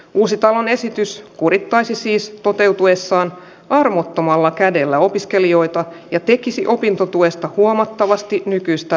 uusitalon esitys kurittaisi siis toteutuessaan armottomalla kädellä opiskelijoita ja tekisi opintotuesta huomattavasti nykyistä